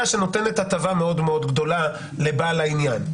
שנותנת הטבה מאוד מאוד גדולה לבעל העניין.